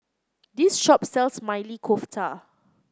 this shop sells Maili Kofta